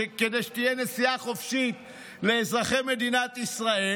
כדי שתהיה נסיעה חופשית לאזרחי מדינת ישראל